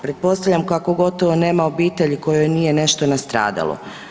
Pretpostavljam kako gotovo nema obitelji kojoj nije nešto nastradalo.